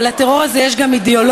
אבל לטרור הזה יש גם אידיאולוגיה,